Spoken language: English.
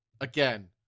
Again